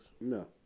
No